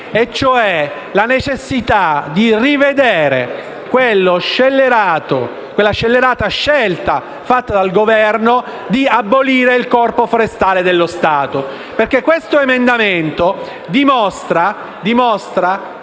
e, cioè, la necessità di rivedere quella scellerata scelta fatta dal Governo di abolire il Corpo forestale dello Stato. L'emendamento dimostra